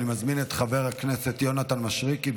אני מזמין את חבר הכנסת יונתן מישרקי,